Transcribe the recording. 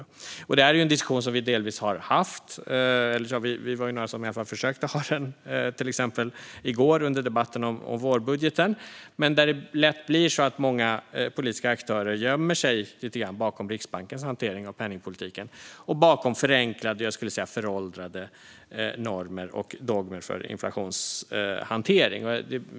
Det här är en diskussion som vi delvis har haft. Vi var i alla fall några som försökte ha den, till exempel i går under debatten om vårbudgeten. Men det blir lätt så att många politiska aktörer gömmer sig bakom Riksbankens hantering av penningpolitiken och bakom förenklade - jag skulle säga föråldrade - normer och dogmer för inflationshantering.